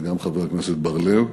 וגם חבר הכנסת בר-לב,